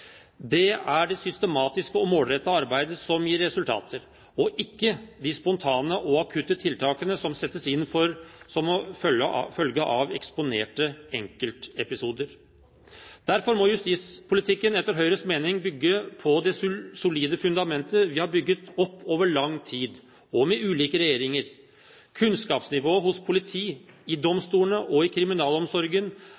Det er det systematiske og målrettede arbeid som gir resultater, og ikke de spontane og akutte tiltakene som settes inn som følge av eksponerte enkeltepisoder. Derfor må justispolitikken etter Høyres mening bygge på det solide fundamentet vi har bygget opp over lang tid og med ulike regjeringer. Kunnskapsnivå hos politi, i